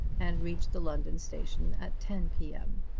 and reach the london station at ten p m.